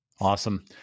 Awesome